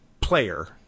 player